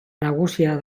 nagusia